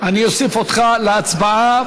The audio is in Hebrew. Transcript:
אני אוסיף אותך להצבעה.